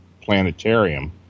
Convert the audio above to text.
Planetarium